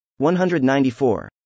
194